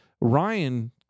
Ryan